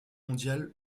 mondiale